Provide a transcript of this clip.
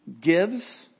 gives